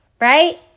right